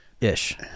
Ish